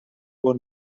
for